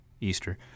Easter